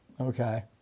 Okay